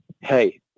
hey